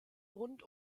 rund